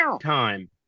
time